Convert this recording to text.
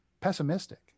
pessimistic